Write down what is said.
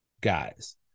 guys